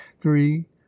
Three